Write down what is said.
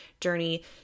journey